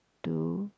two